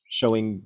showing